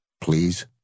please